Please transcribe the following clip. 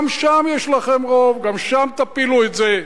גם שם יש לכם רוב, גם שם תפילו את זה,